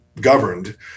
governed